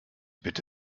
bitte